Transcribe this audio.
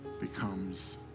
becomes